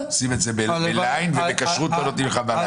עושים את זה ב --- ובכשרות לא נותנים לך --- הלוואי